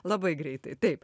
labai greitai taip